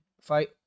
fight